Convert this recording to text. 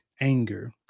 anger